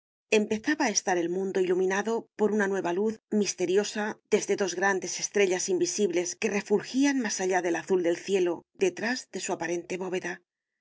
empezaba a estar el mundo iluminado por una nueva luz misteriosa desde dos grandes estrellas invisibles que refulgían más allá del azul del cielo detrás de su aparente bóveda